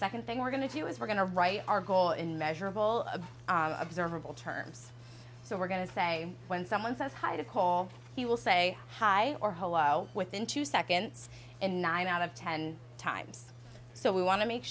second thing we're going to do is we're going to write our goal in measurable of observable terms so we're going to say when someone says hi to call he will say hi or hello within two seconds and nine out of ten times so we want to make